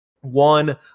one